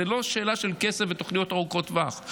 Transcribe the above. זו לא שאלה של כסף ותוכניות ארוכות טווח.